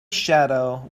shadow